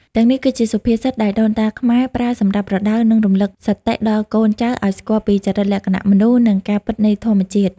ទាំងនេះគឺជាសុភាសិតដែលដូនតាខ្មែរប្រើសម្រាប់ប្រដៅ និងរំលឹកសតិដល់កូនចៅឱ្យស្គាល់ពីចរិតលក្ខណៈមនុស្ស និងការពិតនៃធម្មជាតិ។